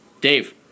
Dave